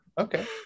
Okay